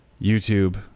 YouTube